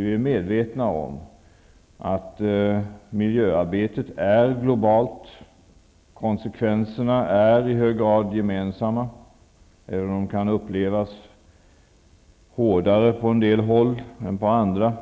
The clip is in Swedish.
Vi är medvetna om att miljöarbetet är globalt. Konsekvenserna är i hög grad gemensamma, även om de kan upplevas vara hårdare på en del håll än på andra.